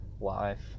life